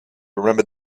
remembered